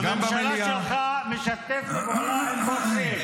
גם במליאה --- הממשלה שלך משתפת פעולה עם פושעים.